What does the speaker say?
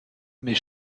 mes